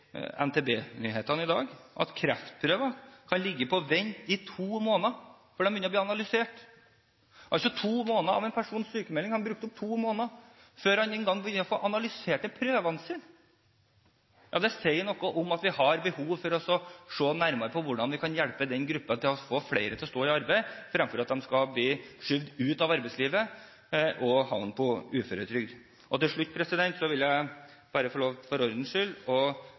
i dag, om at kreftprøver kan ligge på vent i to måneder før de blir analysert. Altså er to måneder av en persons sykmelding brukt opp før de engang får prøvene sine analysert. Det sier noe om at vi har behov for å se nærmere på hvordan vi kan hjelpe den gruppen til å få flere til å stå i arbeid, fremfor at de skal bli skjøvet ut av arbeidslivet og havne på uføretrygd. Til slutt vil jeg bare – for ordens skyld